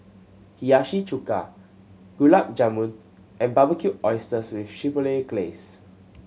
Hiyashi Chuka Gulab Jamun and Barbecued Oysters with Chipotle Glaze